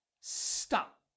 Stop